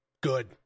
Good